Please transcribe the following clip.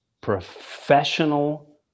professional